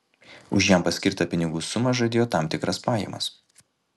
už jam paskirtą pinigų sumą žadėjo tam tikras pajamas